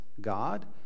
God